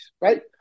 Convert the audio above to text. right